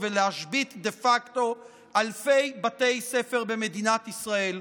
ולהשבית דה פקטו אלפי בתי ספר במדינת ישראל.